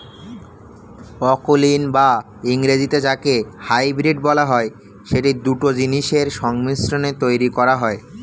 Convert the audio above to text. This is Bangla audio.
অকুলীন বা ইংরেজিতে যাকে হাইব্রিড বলা হয়, সেটি দুটো জিনিসের সংমিশ্রণে তৈরী করা হয়